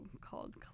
called